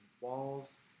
walls